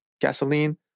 gasoline